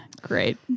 Great